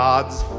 God's